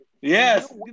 Yes